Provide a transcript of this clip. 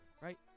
Right